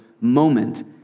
moment